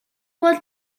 бол